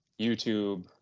YouTube